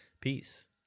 Peace